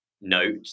note